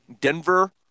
Denver